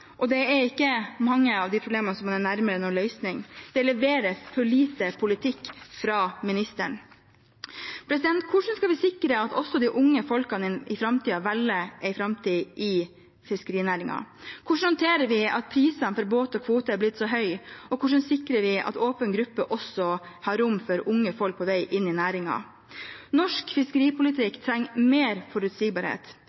og det er ikke mange av de problemene som er nær noen løsning. Det leveres for lite politikk fra ministeren. Hvordan skal vi sikre at også de unge folkene i framtiden velger en framtid i fiskerinæringen? Hvordan håndterer vi at prisene på båter og kvoter har blitt så høye, og hvordan sikrer vi at «åpen gruppe» også har rom for unge folk på vei inn i næringen? Norsk